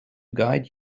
guide